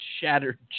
shattered